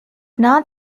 not